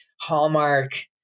Hallmark